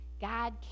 God